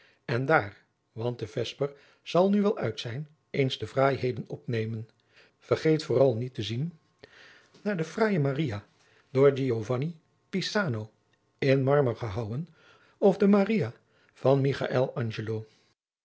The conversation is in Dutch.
en daar want de vesper zal nu wel uit zijn adriaan loosjes pzn het leven van maurits lijnslager eens de fraaiheden opnemen vergeet vooral niet te zien naar de fraaije maria door giovanni pisano in marmer gehouwen of de maria van